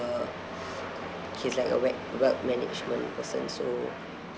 he's like a wea~ wealth management person so